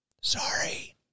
Sorry